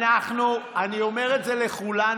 אנחנו, אני אומר את זה לכולנו.